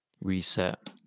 reset